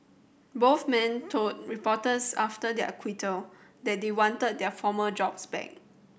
both men told reporters after their acquittal that they wanted their former jobs back